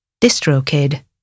DistroKid